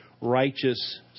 righteous